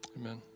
Amen